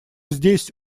здесь